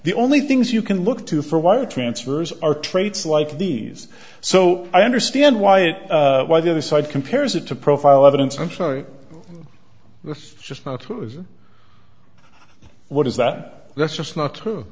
the only things you can look to for wire transfers are traits like these so i understand why it why the other side compares it to profile evidence i'm sorry that's just not what is that that's just not true